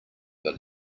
but